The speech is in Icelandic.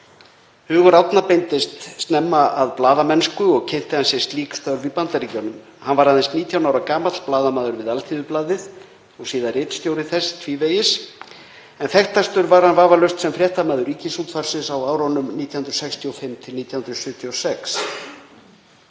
Hugur Árna beindist snemma að blaðamennsku og kynnti hann sér slík störf í Bandaríkjunum. Hann varð aðeins 19 ára gamall blaðamaður við Alþýðublaðið og síðar ritstjóri þess tvívegis. Þekktastur var hann vafalaust sem fréttamaður Ríkisútvarpsins 1965–1976.